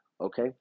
okay